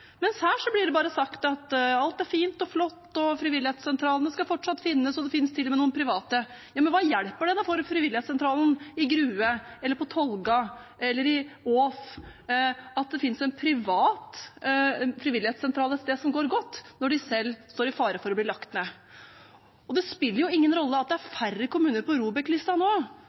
mens her blir det bare sagt at alt er fint og flott, at frivilligsentralene fortsatt skal finnes, og at det til og med finnes noen private. Hva hjelper det for frivilligsentralen i Grue, på Tolga eller i Ås at det finnes en privat frivilligsentral som går godt et sted når de selv står i fare for å bli lagt ned? Det spiller ingen rolle at det er færre kommuner på ROBEK-listen når de fleste kommunestyrerepresentanter nå